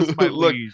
look